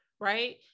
right